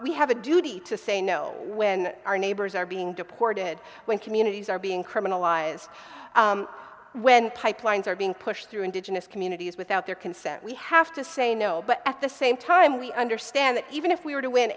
we have a duty to say no when our neighbors are being deported when communities are being criminalized when pipelines are being pushed through indigenous communities without their consent we have to say no but at the same time we understand that even if we w